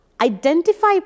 identify